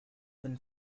been